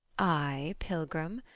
ay, pilgrim,